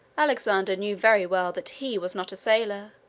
alexander knew very well that he was not a sailor,